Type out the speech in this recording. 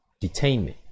detainment